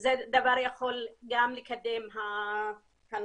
זה גם יכול לקדם את הנושא.